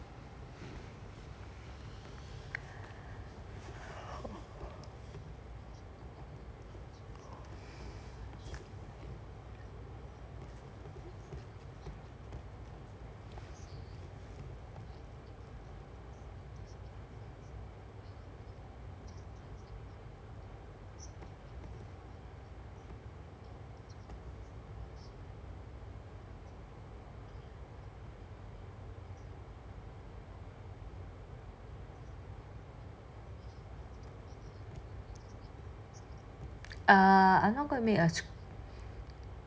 err